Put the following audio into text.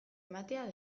ematea